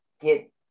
get